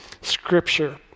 scripture